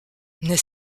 n’est